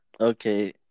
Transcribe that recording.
Okay